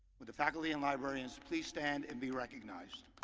would the faculty and librarians please stand and be recognized.